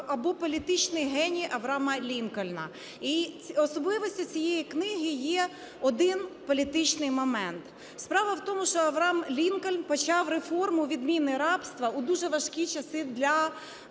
або політичний геній Авраама Лінкольна". Особливістю цієї книги є один політичний момент. Справа в тому, що Авраам Лінкольн почав реформу відміни рабства у дуже важкі часи для